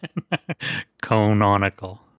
Cononical